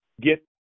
get